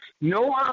No